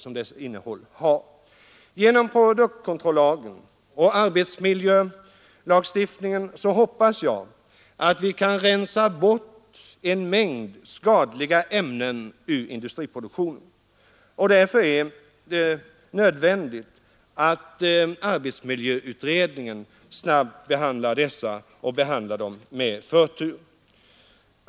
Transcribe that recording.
Jag hoppas att vi genom produktkontrollagen och arbetsmiljölagstiftningen kan rensa bort en mängd skadliga ämnen ur industriproduktionen. Därför är det nödvändigt att arbetsmiljöutredningen snabbt får behandla dessa frågor — med förtur.